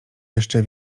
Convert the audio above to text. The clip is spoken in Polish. jeszcze